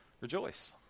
rejoice